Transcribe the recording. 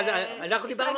אבל אנחנו דיברנו על שש שנים.